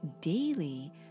Daily